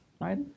right